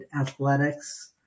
athletics